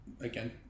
Again